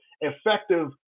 effective